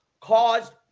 caused